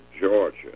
Georgia